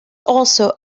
also